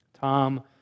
Tom